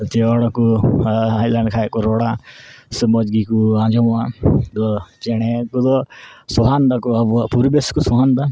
ᱪᱮᱬᱮ ᱠᱚ ᱦᱮᱡ ᱞᱮᱱᱠᱷᱟᱡ ᱠᱚ ᱨᱚᱲᱟ ᱥᱮ ᱢᱚᱡᱽ ᱜᱮᱠᱚ ᱟᱸᱡᱚᱢᱚᱜᱼᱟ ᱛᱚ ᱪᱮᱬᱮ ᱠᱚᱫᱚ ᱥᱚᱦᱟᱱ ᱮᱫᱟᱠᱚ ᱟᱵᱚᱣᱟᱜ ᱯᱚᱨᱤᱵᱮᱥ ᱠᱚ ᱥᱚᱦᱟᱱ ᱮᱫᱟ